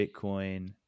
Bitcoin